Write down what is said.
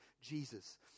Jesus